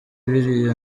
biriya